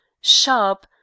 sharp